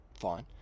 fine